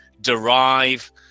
derive